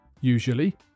Usually